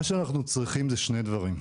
מה שאנחנו צריכים זה שני דברים: